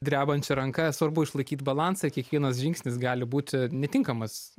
drebančia ranka svarbu išlaikyt balansą kiekvienas žingsnis gali būti netinkamas